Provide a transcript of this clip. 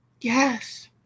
Yes